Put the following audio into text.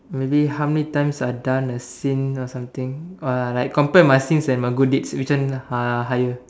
maybe how many times I done as sins or something uh like compare my sins and good deed which one are higher